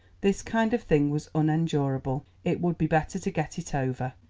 this kind of thing was unendurable it would be better to get it over.